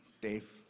Dave